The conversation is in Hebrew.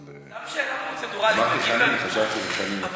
אבל אמרתי חנין, חשבתי חנין, שאלה פרוצדורלית.